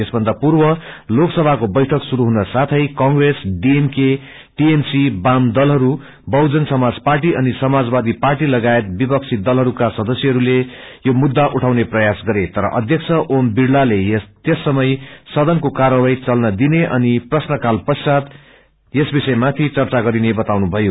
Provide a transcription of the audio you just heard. यसभन्दा पूर्व लोकसभको बैठक शुरू हुन साथै कंग्रेस डिएमके टिएमसी वामदलहरू बहुजन समाजपार्टी अनि समाजवादी पार्टी लागायत विपक्षी दलहरूकासदस्यहरूले यो मुद्दाउझउने प्रयास गरे तर अध्यक्ष ओम विइलाल त्यस समय सदनको कार्यवाही चल्न दिने अनि प्रश्नकाल ष्ण्चात यस विषयमाथि चर्चा गरिने बताउनुभयो